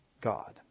God